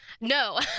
No